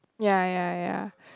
ya ya ya ya ya